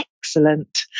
Excellent